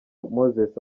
moses